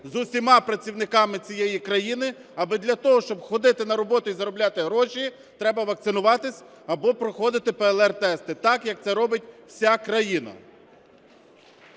з усіма працівниками цієї країни аби для того, щоб ходити на роботу і заробляти гроші треба вакцинуватися або проходити ПЛР-тести. Так, як це робить вся країна.